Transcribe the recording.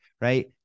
right